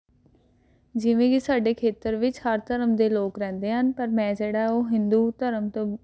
ਜਿਵੇਂ ਕਿ ਸਾਡੇ ਖੇਤਰ ਵਿੱਚ ਹਰ ਧਰਮ ਦੇ ਲੋਕ ਰਹਿੰਦੇ ਹਨ ਪਰ ਮੈਂ ਜਿਹੜਾ ਉਹ ਹਿੰਦੂ ਧਰਮ ਤੋਂ